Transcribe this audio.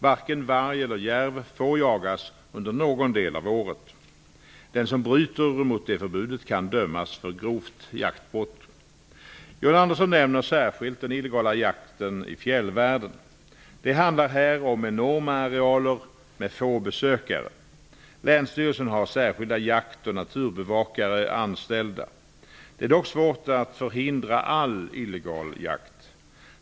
Varken varg eller järv får jagas under någon del av året. Den som bryter mot det förbudet kan dömas för grovt jaktbrott. John Andersson nämner särskilt den illegala jakten i fjällvärlden. Det handlar här om enorma arealer med få besökare. Länsstyrelsen har särskilda jaktoch naturbevakare anställda. Det är dock svårt att förhindra all illegal jakt.